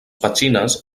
petxines